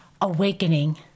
awakening